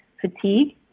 fatigue